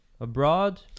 abroad